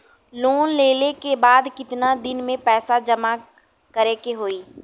Loan लेले के बाद कितना दिन में पैसा जमा करे के होई?